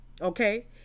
Okay